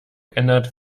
ändert